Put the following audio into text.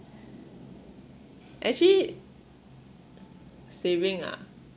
actually saving ah